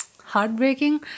heartbreaking